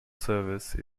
service